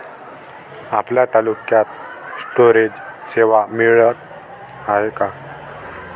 आपल्या तालुक्यात स्टोरेज सेवा मिळत हाये का?